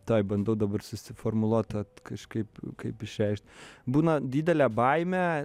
tai bandau dabar susiformuluot tą kažkaip kaip išreikšti būna didelė baimė